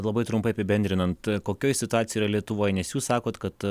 labai trumpai apibendrinant kokioj situacijoj yra lietuvoj nes jūs sakot kad